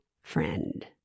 friend